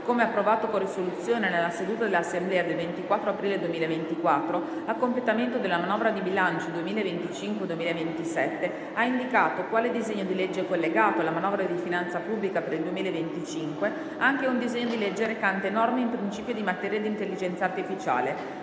come approvato con risoluzione nella seduta dell'Assemblea del 24 aprile 2024, a completamento della manovra di bilancio 2025-2027, ha indicato, quale disegno di legge collegato alla manovra di finanza pubblica per il 2025 anche un disegno di legge recante norme in principio di materie di intelligenza artificiale.